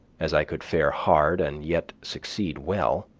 as i could fare hard and yet succeed well,